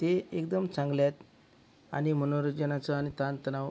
ते एकदम चांगले आहेत आणि मनोरंजनाचा आणि ताणतणाव